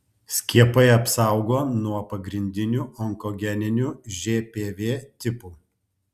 skiepai apsaugo nuo pagrindinių onkogeninių žpv tipų